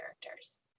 characters